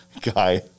guy